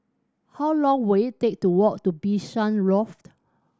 how long will it take to walk to Bishan Loft